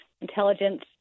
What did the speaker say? intelligence